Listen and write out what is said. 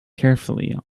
carefully